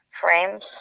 frames